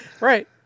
Right